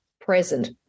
present